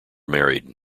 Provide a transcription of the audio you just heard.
married